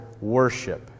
worship